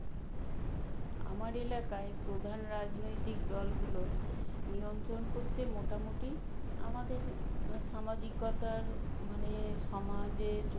ভারতের সবচেয়ে গুরুত্বপূর্ণ উৎসব এবং ছুটির দিনগুলি হলো যেমন দুর্গা পুজো কালী পুজো ভাই ফোঁটা ইত্যাদি আছে